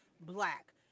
black